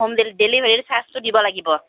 home ডে ডেলিভাৰীৰ ছাৰ্জটো দিব লাগিব